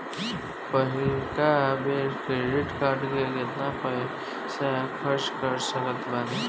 पहिलका बेर credit card से केतना पईसा खर्चा कर सकत बानी?